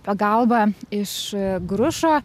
pagalbą iš grušo